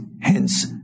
hence